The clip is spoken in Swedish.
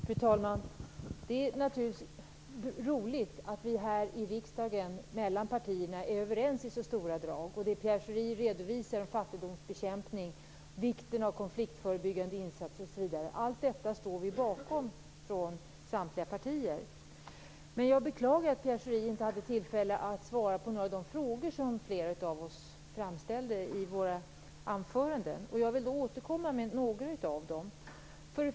Fru talman! Det är naturligtvis roligt att vi mellan partierna här i riksdagen är överens i stora drag. Det Pierre Schori redovisar om fattigdomsbekämpning, vikten av konfliktförebyggande insatser osv. - allt detta står samtliga partier bakom. Jag beklagar att Pierre Schori inte hade tillfälle att svara på några av de frågor som flera av oss framställde i våra anföranden. Jag vill återkomma till några av dem.